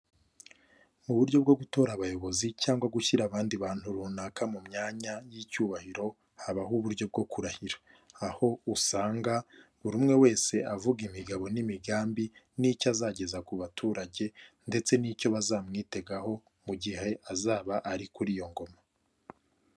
Mu buryo bwo gutora abayobozi cyangwa gushyira abandi bantu runaka mu myanya y'icyubahiro habaho uburyo bwo kurahira, aho usanga buri umwe wese avuga imigabo n'imigambi n'icyo azageza ku baturage ndetse n'icyo bazamwitegaho mu gihe azaba ari kuri iyo ngoma.